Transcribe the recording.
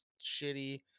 shitty